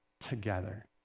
together